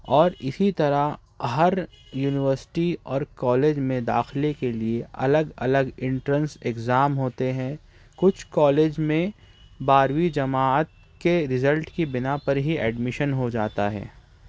اور اِسی طرح ہر یونیورسٹی اور کالج میں داخلے کے لئے الگ الگ اینٹرنس ایگزام ہوتے ہیں کچھ کالج میں بارھویں جماعت کے ریزلٹ کی بنا پر ہی ایڈمیشن ہو جاتا ہے